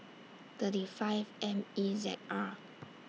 thirty five M E Z R